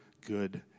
good